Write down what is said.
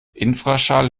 infraschall